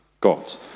gods